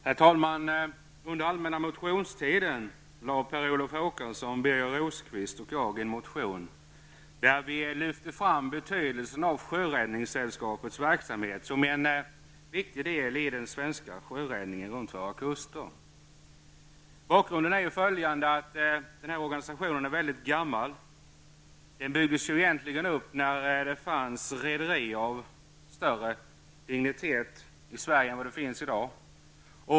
Herr talman! Under allmänna motionstiden lade Per Olof Håkansson, Birger Rosqvist och jag fram en motion där vi lyfte fram betydelsen av Sjöräddningssällskapets verksamhet som en viktig del av den svenska sjöräddningen runt våra kuster. Bakgrunden är att denna organisation är mycket gammal. Den byggdes egentligen upp när det fanns rederier av större dignitet i Sverige än det finns i dag.